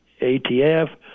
ATF